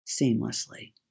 seamlessly